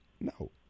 No